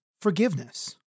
forgiveness